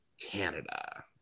canada